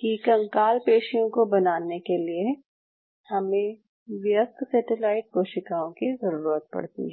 कि कंकाल पेशियों को बनाने के लिए हमें व्यस्क सेटेलाइट कोशिकाओं की ज़रूरत पड़ती है